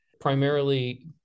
primarily